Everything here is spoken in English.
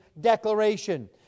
declaration